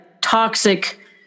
toxic